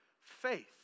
Faith